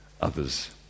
others